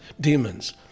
demons